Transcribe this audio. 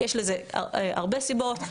יש לזה הרבה סיבות,